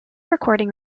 recording